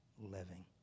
living